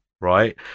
right